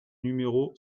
numéro